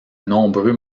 nombreux